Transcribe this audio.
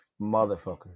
motherfucker